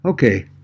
Okay